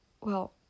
Well